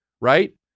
Right